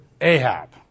Ahab